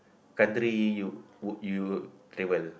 country you would you travel